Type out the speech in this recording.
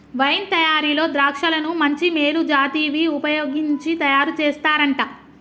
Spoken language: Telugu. వైన్ తయారీలో ద్రాక్షలను మంచి మేలు జాతివి వుపయోగించి తయారు చేస్తారంట